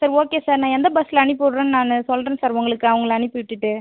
சரி okay sir நான் எந்த பஸ்ஸில் அனுப்பிவுடறேன்னு நான் சொல்றேன் சார் உங்களுக்கு அவங்கள அனுப்பி விட்டுட்டு